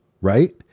right